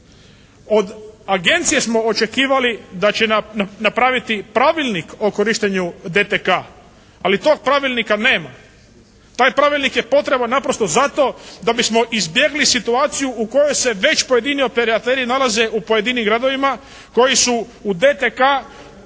Od agencije smo očekivali da će napraviti Pravilnik o korištenju DTK-a, ali tog pravilnika nema. Taj pravilnik je potreban naprosto zato da bismo izbjegli situaciju u kojoj se već pojedini operateri nalaze u pojedinim gradovima koji su u DTK-a,